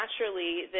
naturally